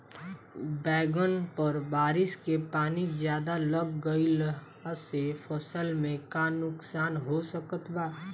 बैंगन पर बारिश के पानी ज्यादा लग गईला से फसल में का नुकसान हो सकत बा?